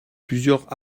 plusieurs